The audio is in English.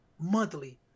monthly